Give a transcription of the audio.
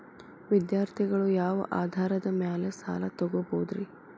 ವಿದ್ಯಾರ್ಥಿಗಳು ಯಾವ ಆಧಾರದ ಮ್ಯಾಲ ಸಾಲ ತಗೋಬೋದ್ರಿ?